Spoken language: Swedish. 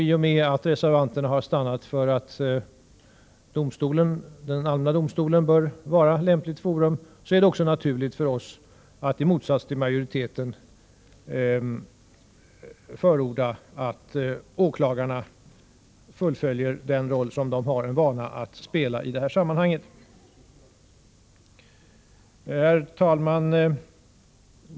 I och med att reservanterna har stannat för att den allmänna domstolen bör vara lämpligt forum är det också naturligt för oss att i motsats till majoriteten förorda att åklagarna fullföljer den roll de har vana att spela i det här sammanhanget. Herr talman!